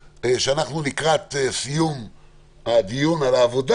ייתן את התשובות לוועדה לקראת סיום הדיון על העבודה.